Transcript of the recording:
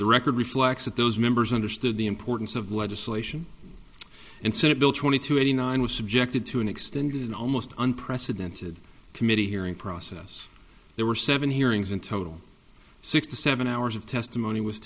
the record reflects that those members understood the importance of legislation and senate bill twenty two eighty nine was subjected to an extended almost unprecedented committee hearing process there were seven hearings in total six to seven hours of testimony was